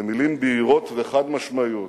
במלים בהירות וחד-משמעיות,